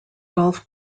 golf